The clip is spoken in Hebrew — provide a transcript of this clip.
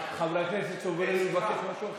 חברי הכנסת סוברניים לבקש משהו אחר.